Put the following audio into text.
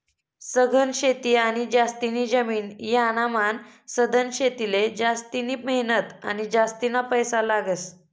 सघन शेती आणि जास्तीनी जमीन यानामान सधन शेतीले जास्तिनी मेहनत आणि जास्तीना पैसा लागस